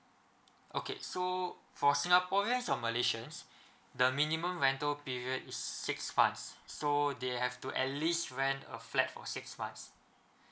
okay so for singaporeans or malaysians the minimum rental period is six months so they have to at least rent a flat for six months